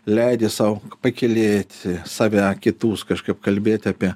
leidi sau pakylėti save kitus kažkaip kalbėt apie